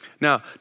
Now